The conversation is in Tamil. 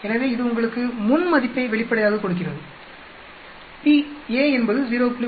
எனவே இது உங்களுக்கு முன் மதிப்பை வெளிப்படையாகக் கொடுக்கிறது p a என்பது 0